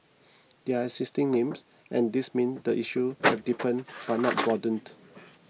they are existing names and this means the issue has deepened but not broadened